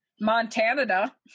Montana